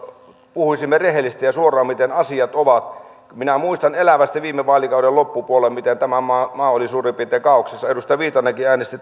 puhuisimme rehellisesti ja suoraan miten asiat ovat minä muistan elävästi viime vaalikauden loppupuolella miten tämä maa maa oli suurin piirtein kaaoksessa edustaja viitanenkin